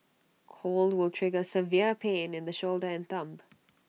cold will trigger severe pain in the shoulder and thumb